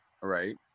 Right